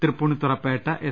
തൃപ്പൂ ണിത്തുറ Petta S